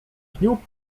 pniu